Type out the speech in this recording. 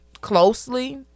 closely